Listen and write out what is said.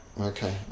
Okay